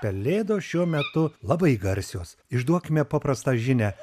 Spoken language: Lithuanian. pelėdos šiuo metu labai garsios išduokime paprastą žinią